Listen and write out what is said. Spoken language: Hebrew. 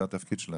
זה התפקיד שלכם.